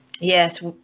Yes